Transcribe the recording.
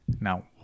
Now